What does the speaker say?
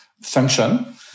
function